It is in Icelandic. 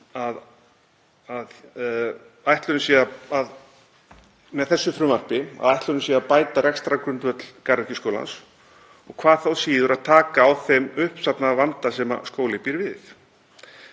með þessu frumvarpi að ætlunin sé að bæta rekstrargrundvöll Garðyrkjuskólans og hvað þá að taka á þeim uppsafnaða vanda sem skólinn býr við.